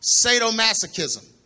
sadomasochism